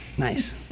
Nice